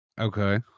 Okay